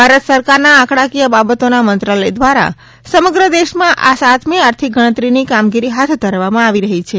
ભારત સરકારના આંકડાકીય બાબતોના મંત્રાલય દ્વારા સમગ્ર દેશમાં આ સાતમી આર્થિક ગણતરીની કામગીરી હાથ ધરવામાં આવી રહી છે